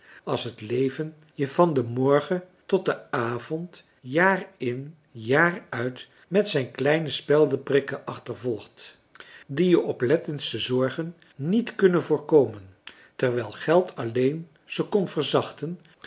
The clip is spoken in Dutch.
als het leven je van den morgen tot den avond jaar in jaar uit met zijn kleine speldenprikken achtervolgt die je oplettendste zorgen niet kunnen voorkomen terwijl geld alleen ze kon verzachten